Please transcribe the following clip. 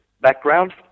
background